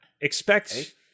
expect